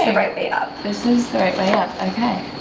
and right way up, this is the right way up, okay!